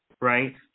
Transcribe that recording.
Right